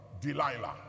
Delilah